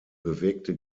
bewegte